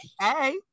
Hey